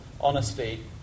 honesty